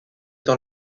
dans